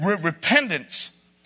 repentance